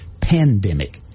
pandemic